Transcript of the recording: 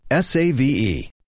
SAVE